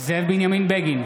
זאב בנימין בגין,